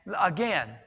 again